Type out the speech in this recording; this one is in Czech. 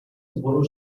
sboru